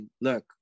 look